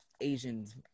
Asians